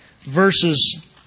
verses